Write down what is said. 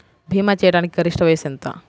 భీమా చేయాటానికి గరిష్ట వయస్సు ఎంత?